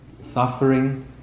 suffering